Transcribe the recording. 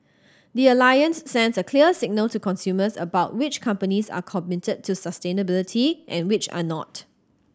the Alliance sends a clear signal to consumers about which companies are committed to sustainability and which are not